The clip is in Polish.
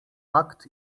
fakt